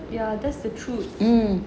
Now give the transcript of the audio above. ya that's the truth